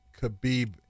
Khabib